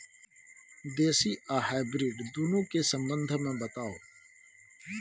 देसी आ हाइब्रिड दुनू के संबंध मे बताऊ?